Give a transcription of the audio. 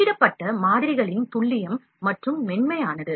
அச்சிடப்பட்ட மாதிரிகள் துல்லியம் மற்றும் மென்மையானது